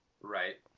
Right